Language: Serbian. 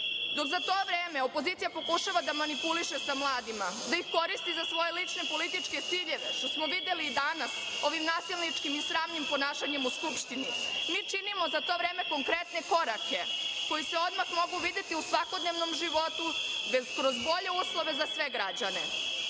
Dok za to vreme opozicija pokušava da manipuliše mladima, da ih koristi za svoje lične i političke ciljeve, što smo videli i danas ovim nasilničkim i sramnim ponašanjem u Skupštini. Mi činimo za to vreme konkretne korake, koji se odmah mogu videti u svakodnevnom životu, kroz bolje uslove za sve građane. Ovo